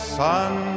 sun